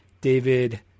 David